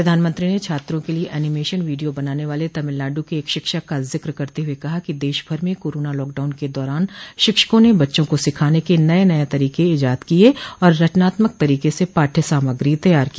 प्रधानमंत्री ने छात्रों के लिए एनिमेशन वीडियो बनाने वाले तमिलनाडु के एक शिक्षक का जिक्र करते हुए कहा कि देशभर में कोरोना लॉकडाउन के दौरान शिक्षकों ने बच्चों को सिखाने के नए नए तरीके इजाद किये हैं और रचनात्मक तरीके से पाठय सामग्री तैयार की